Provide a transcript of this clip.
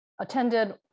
attended